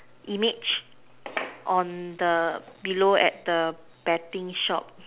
image on the below at the betting shop